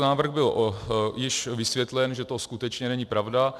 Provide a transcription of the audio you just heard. Trucnávrh byl již vysvětlen, že to skutečně není pravda.